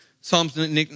Psalms